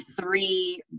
three